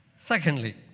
Secondly